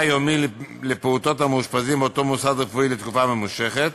יומי לפעוטות המאושפזים באותו מוסד רפואי לתקופה ממושכת,